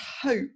hope